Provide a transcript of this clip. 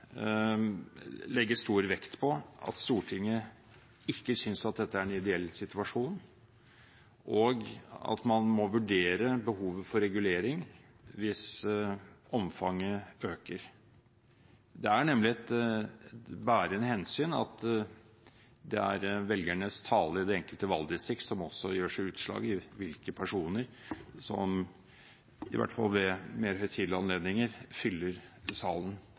stor vekt på at Stortinget ikke synes dette er en ideell situasjon, og at man må vurdere behovet for regulering hvis omfanget øker. Det er nemlig et bærende hensyn at det er velgernes tale i det enkelte valgdistrikt som også gir seg utslag i hvilke personer som – i hvert fall ved mer høytidelige anledninger – fyller salen